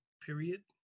period